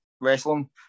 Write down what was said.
wrestling